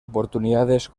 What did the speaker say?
oportunidades